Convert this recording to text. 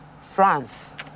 France